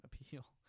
appeal